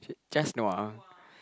just nua